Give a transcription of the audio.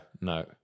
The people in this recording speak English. no